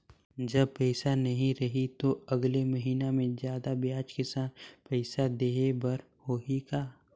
जब पइसा नहीं रही तो अगले महीना मे जादा ब्याज के साथ पइसा देहे बर होहि का?